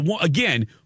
Again